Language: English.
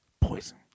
Poison